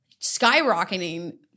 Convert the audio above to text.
skyrocketing